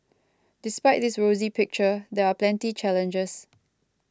despite this rosy picture there are plenty challenges